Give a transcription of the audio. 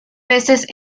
veces